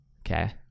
Okay